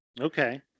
Okay